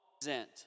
present